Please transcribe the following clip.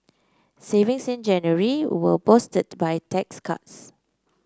savings in January were boosted by tax cuts